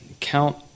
count